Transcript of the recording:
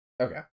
Okay